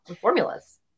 formulas